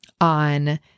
on